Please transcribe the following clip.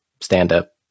stand-up